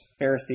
Pharisee